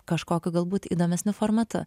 kažkokiu galbūt įdomesniu formatu